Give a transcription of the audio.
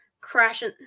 crashing